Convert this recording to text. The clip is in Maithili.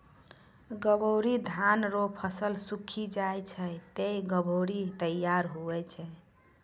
गभोरी धान रो फसल सुक्खी जाय छै ते गभोरी तैयार हुवै छै